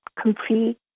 complete